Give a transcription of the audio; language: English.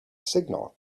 signal